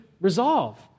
resolve